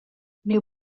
miu